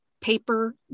paper